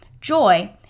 joy